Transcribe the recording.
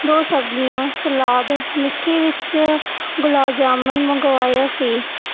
ਦੋ ਸਬਜ਼ੀਆਂ ਸਲਾਦ ਮਿੱਠੇ ਵਿੱਚ ਗੁਲਾਬ ਜਾਮਣ ਮੰਗਵਾਈ ਸੀ